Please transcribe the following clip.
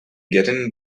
getting